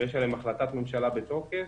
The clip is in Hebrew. ויש עליהן החלטת ממשלה בתוקף,